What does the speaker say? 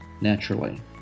Naturally